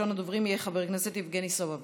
ראשון הדוברים יהיה חבר הכנסת יבגני סובה.